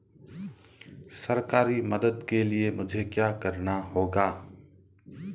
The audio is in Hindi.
सरकारी मदद के लिए मुझे क्या करना होगा?